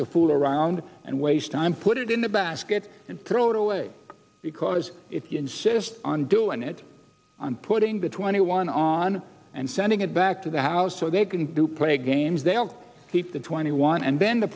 to fool around and waste time put it in a basket and throw it away because if you insist on doing it and putting the twenty one on and sending it back to the house so they can do play games they are keep the twenty one and then the